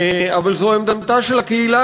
אבל זו עמדתה של הקהילה